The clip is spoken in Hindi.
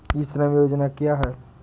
ई श्रम योजना क्या है?